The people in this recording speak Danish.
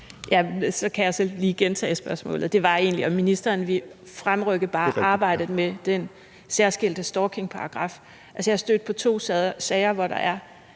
Så kan jeg så lige gentage spørgsmålet. Det var egentlig, om ministeren vil fremrykke arbejdet med den særskilte stalkingparagraf. Altså, jeg er stødt på to sager, hvor der i